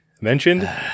mentioned